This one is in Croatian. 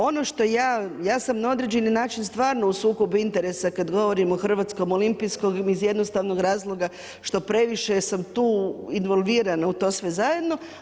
Ono što ja, ja sam na određeni način stvarno u sukobu interesa kad govorim o Hrvatskom olimpijskom iz jednostavnog razloga što previše sam tu involvirana u to sve zajedno.